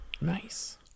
Nice